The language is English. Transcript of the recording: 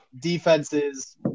defenses